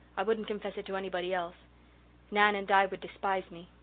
i wouldn't confess it to anybody else nan and di would despise me.